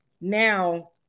now